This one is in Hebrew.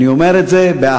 אני אומר את זה באהבה.